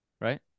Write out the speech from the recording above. right